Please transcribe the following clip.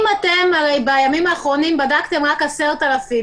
אם אתם בימים האחרונים בדקתם רק 10,000,